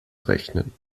rechnen